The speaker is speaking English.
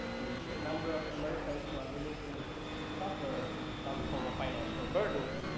the number of american when we need to suffer kind of full of financial burden.